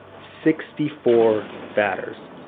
sixty four batters!